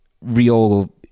real